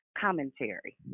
commentary